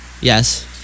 Yes